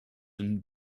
and